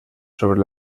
sobre